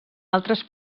altres